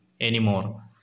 anymore